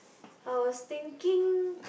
I was thinking